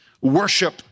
worship